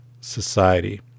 society